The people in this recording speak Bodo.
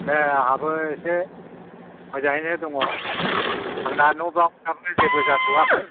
दे आंहाबो एसे मोजाङैनो दं आंना न' बां फ्राबो जेबो जाथ'आखै